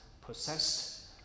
possessed